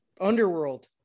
Underworld